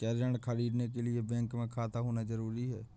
क्या ऋण ख़रीदने के लिए बैंक में खाता होना जरूरी है?